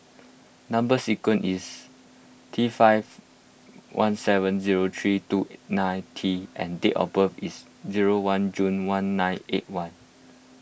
Number Sequence is T five one seven zero three two nine T and date of birth is zero one June one nine eight one